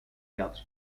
wiatr